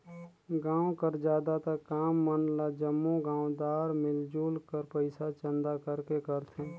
गाँव कर जादातर काम मन ल जम्मो गाँवदार मिलजुल कर पइसा चंदा करके करथे